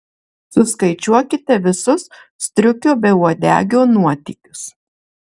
suskaičiuokite visus striukio beuodegio nuotykius